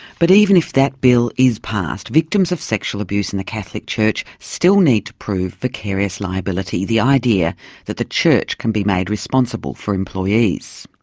but even if that bill is passed, victims of sexual abuse in the catholic church still need to prove vicarious liability, the idea that the church can be made responsible for employees.